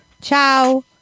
Ciao